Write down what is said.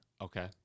Okay